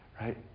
right